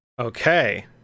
okay